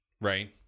right